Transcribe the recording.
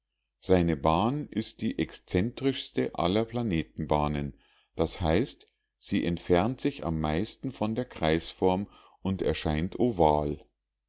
seine bahn ist die exzentrischste aller planetenbahnen das heißt sie entfernt sich am meisten von der kreisform und erscheint oval